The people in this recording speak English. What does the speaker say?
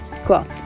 cool